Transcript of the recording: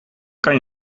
kan